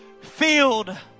filled